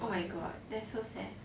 oh my god that's so sad